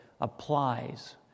applies